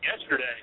yesterday